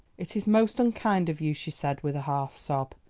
it is most unkind of you, she said, with a half sob.